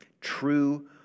true